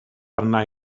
arna